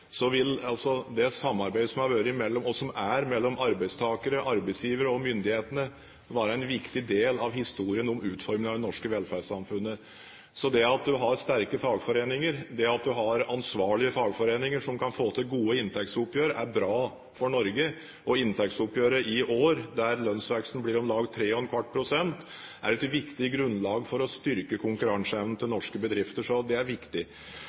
arbeidsgivere og myndighetene være en viktig del av historien om utformingen av det norske velferdssamfunnet. Det at en har sterke, ansvarlige fagforeninger som kan få til gode inntektsoppgjør, er bra for Norge. Inntektsoppgjøret i år, der lønnsveksten blir om lag 3¼ pst., er et viktig grunnlag for å styrke konkurranseevnen til norske bedrifter. Det er viktig. Så er det slik at det at det er